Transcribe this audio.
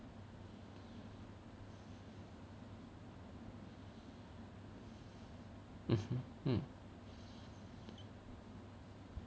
mmhmm mm